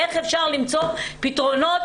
איך אפשר למצוא פתרונות,